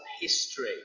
history